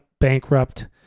bankrupt